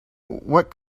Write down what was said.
what